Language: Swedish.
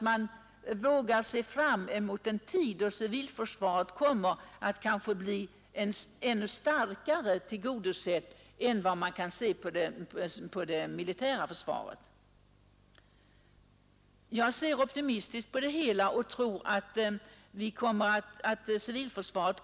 Vi vågar se fram emot en tid då civilförsvaret kommer att bli kanske ännu bättre tillgodosett än det militära försvaret. Jag har en mera optimistisk syn på det framtida civilförsvaret.